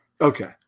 Okay